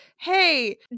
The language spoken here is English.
hey